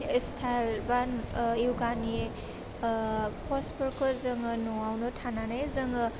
एस्टाल बा ओह यगानि ओह पसफोरखौ जोङो न'वावनो थानानै जोङो